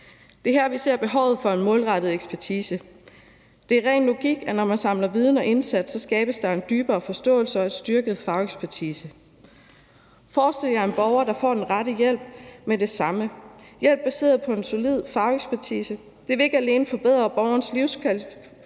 Det er her, vi ser behovet for en målrettet ekspertise. Det er ren logik, at når man samler viden og indsigt, skabes der en dybere forståelse og en styrket fagekspertise. Forestil jer en borger, der får den rette hjælp med det samme – en hjælp baseret på en solid fagekspertise. Det vil ikke alene forbedre borgerens livskvalitet,